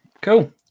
Cool